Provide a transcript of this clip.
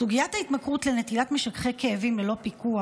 סוגיית ההתמכרות לנטילת משככי כאבים ללא פיקוח,